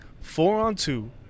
Four-on-two